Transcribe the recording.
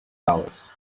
hours